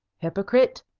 hypocrite!